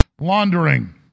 laundering